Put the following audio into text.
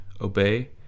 obey